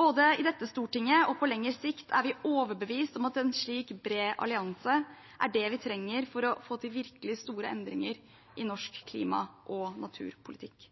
Både i dette stortinget og på lengre sikt er vi overbevist om at en slik bred allianse er det vi trenger for å få til virkelig store endringer i norsk klima- og naturpolitikk.